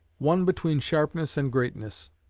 one between sharpness and greatness.